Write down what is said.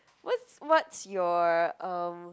what's what's your um